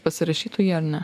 pasirašytų jį ar ne